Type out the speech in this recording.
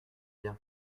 bien